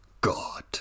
God